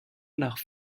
nach